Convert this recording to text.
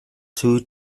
two